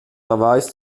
beweis